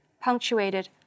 punctuated